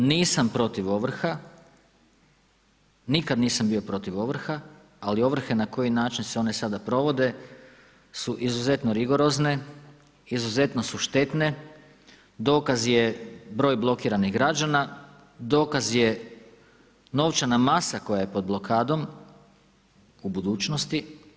Kolokvijalno nisam protiv ovrha, nikad nisam bio protiv ovrha, ali ovrhe na koji način se one sada provode su izuzetno rigorozne, izuzetno su štetne, dokaz je broj blokiranih građana, dokaz je novčana masa koja je pod blokadom u budućnosti.